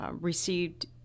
received